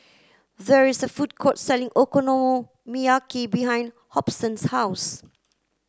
there is a food court selling Okonomiyaki behind Hobson's house